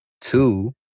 two